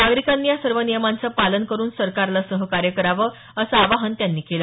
नागरिकांनी या सर्व नियमांचं पालन करून सरकारला सहकार्य करावं असं आवाहन त्यांनी केलं